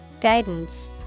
Guidance